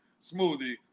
smoothie